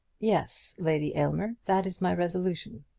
yes, lady aylmer that is my resolution.